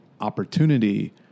opportunity